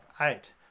eight